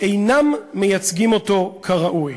אינם מייצגים אותו כראוי,